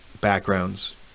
backgrounds